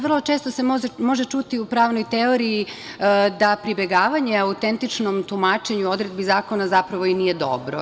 Vrlo često se može ćuti u pravnoj teoriji da pribegavanje autentičnom tumačenju odredbi zakona zapravo i nije dobro.